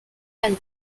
and